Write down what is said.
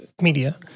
media